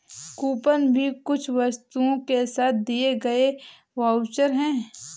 coupon भी कुछ वस्तुओं के साथ दिए गए वाउचर है